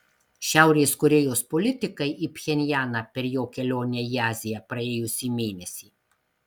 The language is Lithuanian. šiaurės korėjos politikai į pchenjaną per jo kelionę į aziją praėjusį mėnesį